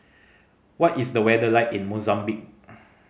what is the weather like in Mozambique